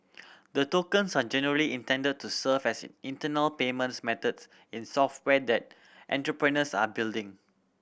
the tokens are generally intended to serve as internal payment methods in software that entrepreneurs are building